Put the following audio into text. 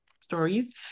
stories